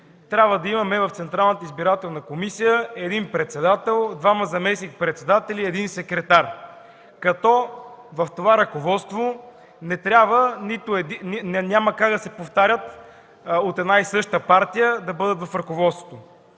е казано, че в Централната избирателна комисия трябва да имаме един председател, двама заместник-председатели и един секретар, като в това ръководство няма как да се повтарят от една и съща партия да бъдат в ръководството.